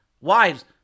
Wives